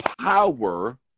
power